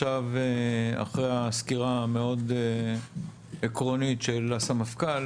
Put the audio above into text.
אחרי הסקירה המאוד-עקרונית של הסמפכ"ל